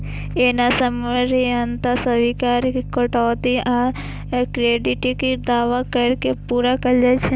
एना सामान्यतः स्वीकार्य कटौती आ क्रेडिटक दावा कैर के पूरा कैल जाइ छै